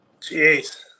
Jeez